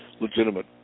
legitimate